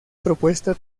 propuesta